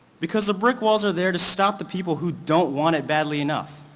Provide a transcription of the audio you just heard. because the brick walls are there to stop the people who don't want it badly enough.